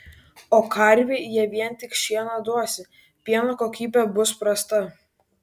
o karvei jei vien tik šieną duosi pieno kokybė bus prasta